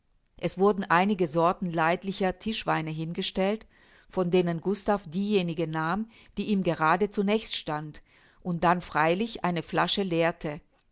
es wurden einige sorten leidlicher tischweine hingestellt von denen gustav diejenige nahm die ihm gerade zunächst stand und dann freilich eine flasche leerte